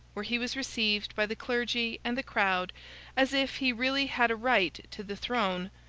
where he was received by the clergy and the crowd as if he really had a right to the throne,